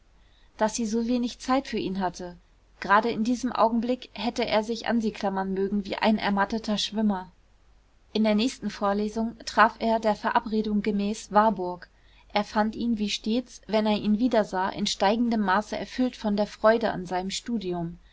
daß sie so wenig zeit für ihn hatte gerade in diesem augenblick hätte er sich an sie klammern mögen wie ein ermatteter schwimmer in der nächsten vorlesung traf er der verabredung gemäß warburg er fand ihn wie stets wenn er ihn wiedersah in steigendem maße erfüllt von der freude an seinem studium